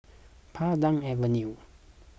Pandan Avenue